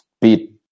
beat